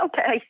Okay